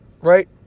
right